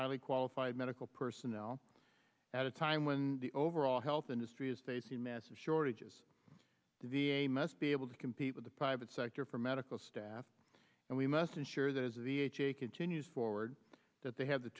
highly qualified medical personnel at a time when the overall health industry is facing massive shortages the v a must be able to compete with the private sector for medical staff and we must ensure that as the ha continues forward that they have the